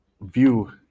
view